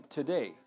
today